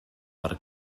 per